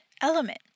element